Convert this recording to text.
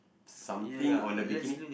something on the bikini